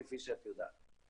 כפי שאת יודעת.